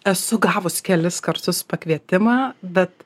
esu gavus kelis kartus pakvietimą bet